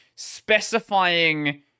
specifying